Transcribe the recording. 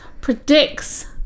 predicts